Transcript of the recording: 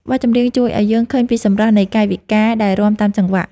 បទចម្រៀងជួយឱ្យយើងឃើញពីសម្រស់នៃកាយវិការដែលរាំតាមចង្វាក់។